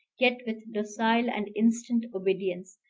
yet with docile and instant obedience,